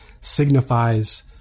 signifies